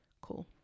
cool